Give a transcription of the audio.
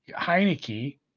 Heineke